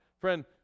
Friend